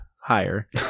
higher